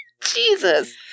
Jesus